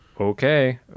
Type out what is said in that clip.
okay